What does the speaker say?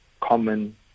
common